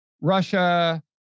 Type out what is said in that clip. russia